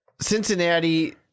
Cincinnati